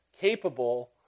capable